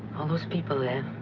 all those people there.